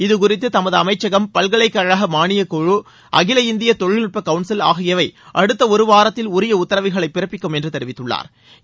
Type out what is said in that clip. இது குறித்து தமது அமைச்சகம் பல்கலைக்கழக மான்ய குழு அகில இந்திய தொழில்நுட்ப கவுன்சில் ஆகியவை அடுத்த ஒருவாரத்தில் உரிய உத்தரவுகளை பிறப்பிக்கும் என்ற தெரிவித்துள்ளாா்